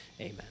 Amen